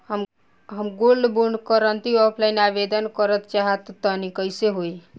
हम gold bond करंति offline आवेदन करल चाह तनि कइसे होई?